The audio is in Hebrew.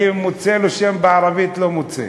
אני רוצה לו שם בערבית, לא מוצא.